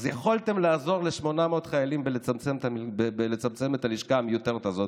יכולתם לעזור ל-800 חיילים בצמצום הלשכה המיותרת הזאת,